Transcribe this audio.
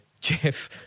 Jeff